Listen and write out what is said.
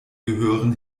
gehören